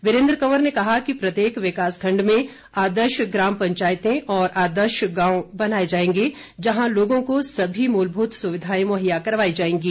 वीरेंद्र कंवर ने कहा कि प्रत्येक विकास खंड में आदर्श ग्राम पंचायतें और आदर्श गांव बनाए जाएंगे जहां लोगों को सभी मूलभूत सुविधाएं मुहैया करवाई जाएंगी